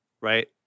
right